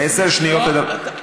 עשר שניות תדבר.